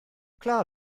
klar